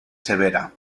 severa